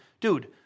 dude